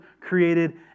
created